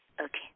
Okay